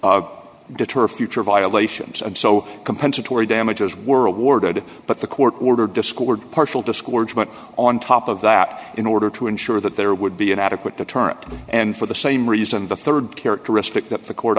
to deter future violations and so compensatory damages world ward but the court ordered discord partial discouragement on top of that in order to ensure that there would be an adequate deterrent and for the same reason the rd characteristic that the court